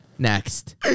Next